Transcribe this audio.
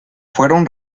fueron